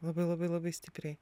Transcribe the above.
labai labai labai stipriai